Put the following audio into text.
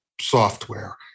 software